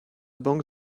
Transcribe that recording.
banque